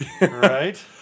Right